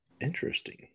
Interesting